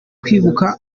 kwibuka